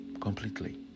completely